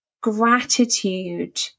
gratitude